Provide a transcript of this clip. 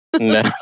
No